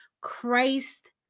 Christ